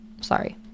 sorry